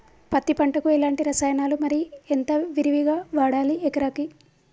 పత్తి పంటకు ఎలాంటి రసాయనాలు మరి ఎంత విరివిగా వాడాలి ఎకరాకి?